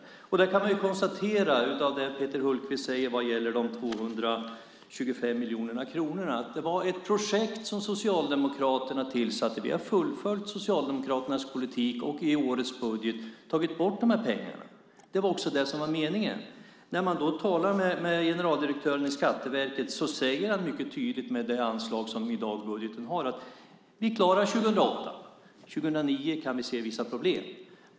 Vad gäller de 225 miljoner kronor som Peter Hultqvist talade om kan jag konstatera att det var ett projekt som Socialdemokraterna tillsatte. Vi har fullföljt Socialdemokraternas politik. I årets budget tar vi bort pengarna. Det var också det som var meningen. När man talar med Skatteverkets generaldirektör säger han mycket tydligt att de klarar 2008 med det anslag som budgeten har i dag. 2009 kan man se vissa problem.